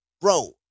bro